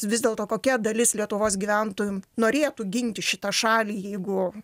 vis dėlto kokia dalis lietuvos gyventojų norėtų ginti šitą šalį jeigu